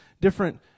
different